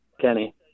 Kenny